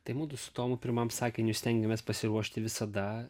tai mudu su tomu pirmam sakiniui stengiamės pasiruošti visada